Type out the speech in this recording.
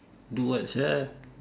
do what sia